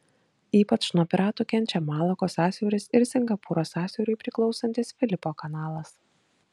ypač nuo piratų kenčia malakos sąsiauris ir singapūro sąsiauriui priklausantis filipo kanalas